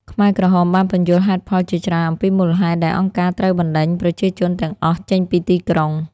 ខ្មែរក្រហមបានពន្យល់ហេតុផលជាច្រើនអំពីមូលហេតុដែលអង្គការត្រូវបណ្តេញប្រជាជនទាំងអស់ចេញពីទីក្រុង។